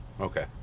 Okay